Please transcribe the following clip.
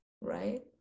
right